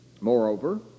Moreover